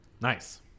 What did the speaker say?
Nice